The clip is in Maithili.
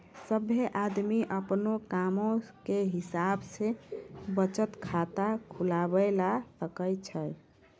सभ्भे आदमी अपनो कामो के हिसाब से बचत खाता खुलबाबै सकै छै